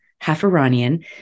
half-Iranian